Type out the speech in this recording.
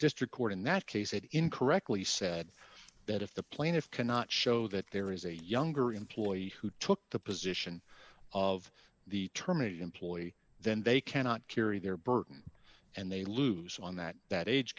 district court in that case it incorrectly said that if the plaintiff cannot show that there is a younger employee who took the position of the terminated employee then they cannot carry their burden and they lose on that that age